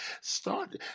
Start